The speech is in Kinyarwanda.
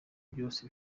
byose